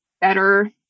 better